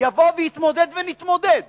יבוא ויתמודד ונתמודד